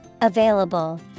Available